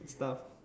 stuff